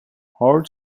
hart